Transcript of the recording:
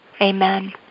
Amen